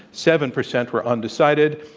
seven percent were undecided.